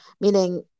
meaning